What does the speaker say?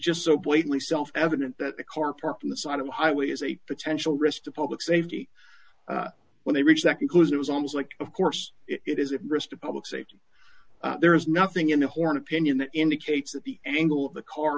just so blatantly self evident that a car parked on the side of the highway is a potential risk to public safety when they reach that conclusion it was almost like of course it is a risk to public safety there is nothing in the horn opinion that indicates that the angle of the car